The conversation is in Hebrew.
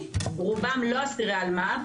רובם לא אסירי אלמ"ב,